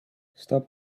stop